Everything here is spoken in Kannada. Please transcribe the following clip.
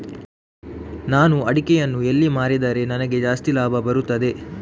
ನಾನು ಅಡಿಕೆಯನ್ನು ಎಲ್ಲಿ ಮಾರಿದರೆ ನನಗೆ ಜಾಸ್ತಿ ಲಾಭ ಬರುತ್ತದೆ?